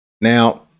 Now